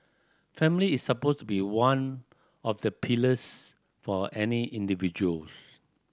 family is supposed to be one of the pillars for any individual